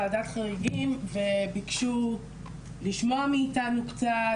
לוועדת חריגים וביקשו לשמוע מאיתנו קצת,